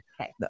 Okay